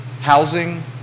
housing